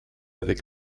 avec